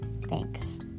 Thanks